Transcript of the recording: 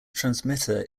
transmitter